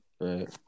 Right